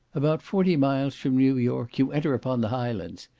about forty miles from new york you enter upon the highlands,